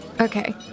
Okay